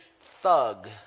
thug